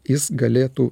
jis galėtų